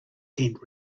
tent